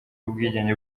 w’ubwigenge